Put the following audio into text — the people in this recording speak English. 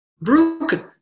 broken